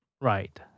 Right